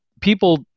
people